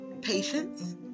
patience